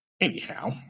anyhow